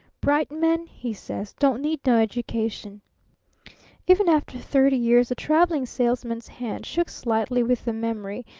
bright men he says, don't need no education even after thirty years the traveling salesman's hand shook slightly with the memory,